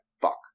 fuck